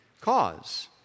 cause